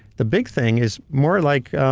the big thing is more like.